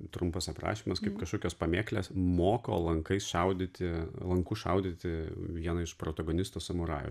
trumpas aprašymas kaip kažkokios pamėklės moko lankais šaudyti lanku šaudyti vieną iš protagonistų samurajų